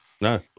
no